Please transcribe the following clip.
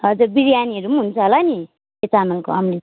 हजुर बिरयानीहरू पनि हुन्छ होला नि त्यो चामलको अमृत